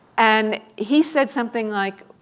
and he said something like,